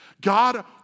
God